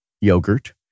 yogurt